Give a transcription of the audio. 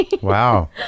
Wow